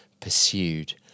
pursued